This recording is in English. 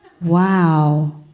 Wow